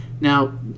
Now